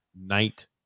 night